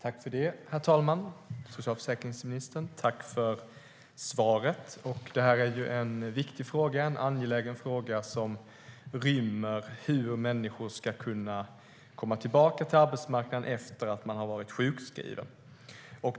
Herr talman! Jag tackar socialförsäkringsministern för svaret. Det här är en viktig och angelägen fråga som rymmer hur människor ska kunna komma tillbaka till arbetsmarknaden efter att ha varit sjukskrivna.